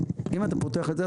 אם אתה פותח את זה,